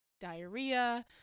diarrhea